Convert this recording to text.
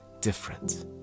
different